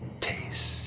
taste